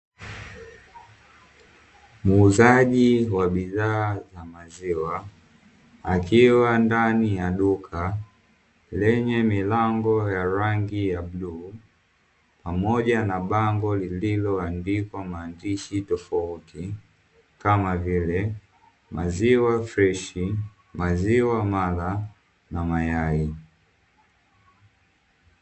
Muuzaji wa bidhaa za maziwa akiwa ndani ya duka, lenye milango ya rangi ya bluu pamoja na bango lililoandikwa maandishi tofauti, kama vile "Maziwa Freshi, Maziwa Mala na Mayai".